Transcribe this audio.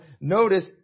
notice